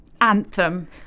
anthem